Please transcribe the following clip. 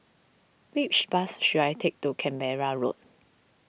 which bus should I take to Canberra Road